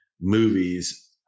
movies